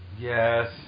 yes